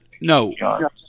no